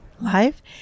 live